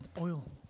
oil